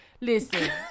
listen